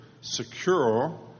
secure